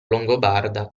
longobarda